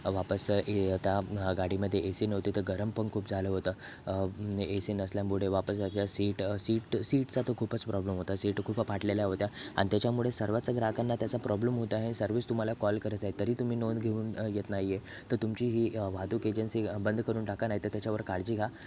वापस ए त्या गाडीमध्ये ए सी नव्हते तर गरम पण खूप झालं होतं ए सी नसल्यामुळे वापस ज्या ज्या सीट सीट सीटचा तर खूपच प्रॉब्लेम होता सीट खूप फाटलेल्या होत्या आन त्याच्यामुळे सर्वच ग्राहकांना त्याचा प्रॉब्लेम होत आहे अन् सर्वच तुम्हाला कॉल करत आहे तरी तुम्ही नोंद घेऊन येत नाही आहे तर तुमची ही वाहतूक एजन्सी बंद करून टाका नाही तर त्याच्यावर काळजी घ्या